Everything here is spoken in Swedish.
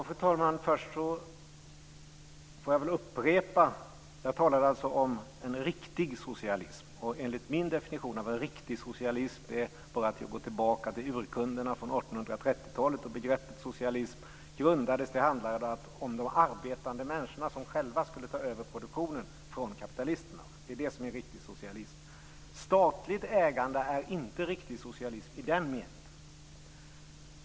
Fru talman! Först får jag väl upprepa att jag talade om en riktig socialism. För att finna min definition av en riktig socialism är det bara att gå tillbaka till urkunderna från 1830-talet, då begreppet socialism grundades. Det handlar om de arbetande människorna som själva skulle ta över produktionen från kapitalisterna. Det är det som är riktig socialism. Statligt ägande är inte riktig socialism i den meningen.